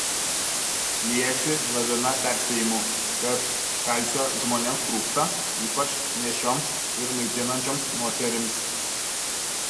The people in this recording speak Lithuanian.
liejasi lavina perspėjimų kad kalcio žmonėms trūksta ypač nėščioms ir maitinančioms moterims